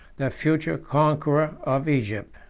the future conqueror of egypt.